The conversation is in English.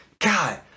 God